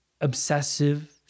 obsessive